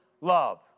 love